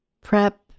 prep